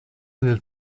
del